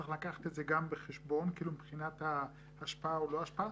צריך לקחת את זה גם בחשבון מבחינת ההשפעה או לא השפעה,